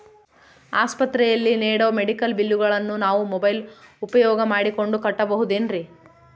ಆಸ್ಪತ್ರೆಯಲ್ಲಿ ನೇಡೋ ಮೆಡಿಕಲ್ ಬಿಲ್ಲುಗಳನ್ನು ನಾವು ಮೋಬ್ಯೆಲ್ ಉಪಯೋಗ ಮಾಡಿಕೊಂಡು ಕಟ್ಟಬಹುದೇನ್ರಿ?